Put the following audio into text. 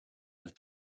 with